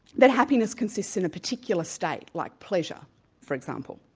that happiness consists in a particular state, like pleasure for example.